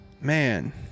Man